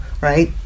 right